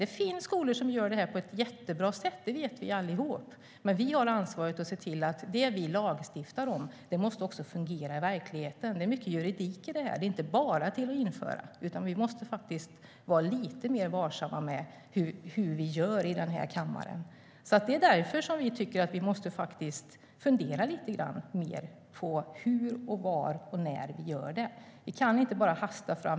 Det finns skolor som gör det här på ett jättebra sätt. Det vet vi alla. Men vi har ansvar för att se till att det som vi lagstiftar om måste fungera i verkligheten. Det handlar mycket om juridik. Vi kan inte bara införa det, utan vi måste vara lite mer varsamma med vad vi gör i kammaren. Därför tycker vi att vi måste fundera lite mer på hur, var och när vi gör det. Vi kan inte bara hasta fram.